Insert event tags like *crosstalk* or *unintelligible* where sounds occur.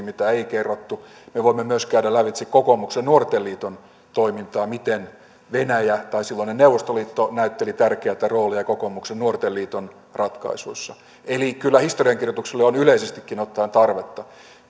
*unintelligible* mitä ei kerrottu me voimme myös käydä lävitse kokoomuksen nuorten liiton toimintaa miten venäjä tai silloinen neuvostoliitto näytteli tärkeätä roolia kokoomuksen nuorten liiton ratkaisuissa eli kyllä historiankirjoitukselle on yleisestikin ottaen tarvetta